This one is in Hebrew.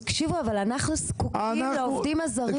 תקשיב אבל אנחנו זקוקים לעובדים הזרים